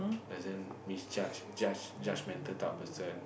doesn't misjudge judge judge mental type of person